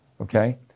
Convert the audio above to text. okay